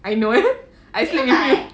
I know I sleep with you